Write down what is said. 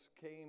came